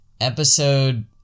episode